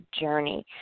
Journey